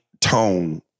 Tone